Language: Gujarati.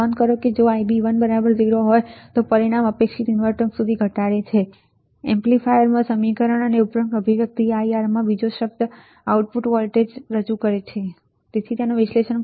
નોંધ કરો કે જો Ib1 0 હોય તો પરિણામ અપેક્ષિત ઇનવર્ટિંગ સુધી ઘટાડે છે એમ્પ્લીફાયર સમીકરણ અને ઉપરોક્ત અભિવ્યક્તિ IR માં બીજો શબ્દ આઉટપુટ ઓફસેટ વોલ્ટેજ રજૂ કરે છે • તેનું વિશ્લેષણ કરી શકાય છે કે જો ઇનપુટ જોડાયેલ ન હોય તો V